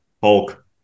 hulk